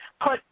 put